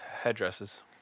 headdresses